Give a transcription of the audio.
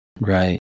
Right